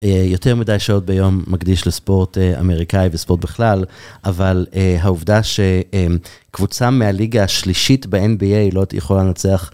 יותר מדי שעות ביום מקדיש לספורט אמריקאי וספורט בכלל, אבל העובדה שקבוצה מהליגה השלישית ב-NBA לא יכולה לנצח.